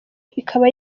ikaba